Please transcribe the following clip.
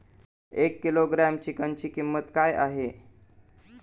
एक किलोग्रॅम चिकनची किंमत काय आहे?